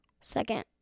Second